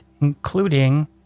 including